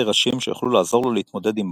ראשים שיוכלו לעזור לו להתמודד עם בוג.